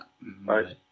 Bye